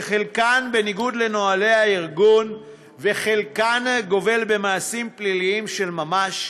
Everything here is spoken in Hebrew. שחלקן בניגוד לנוהלי הארגון וחלקן גובל במעשים פליליים של ממש,